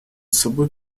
собой